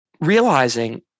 realizing